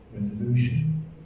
resolution